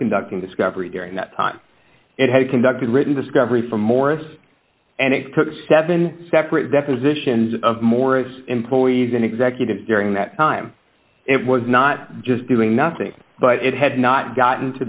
conducting discovery during that time it had conducted written discovery for morris and it took seven separate depositions of morris employees and executives during that time it was not just doing nothing but it had not gotten to